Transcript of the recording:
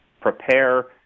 prepare